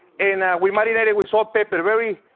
and we marinate it with salt, pepper. very,